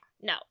no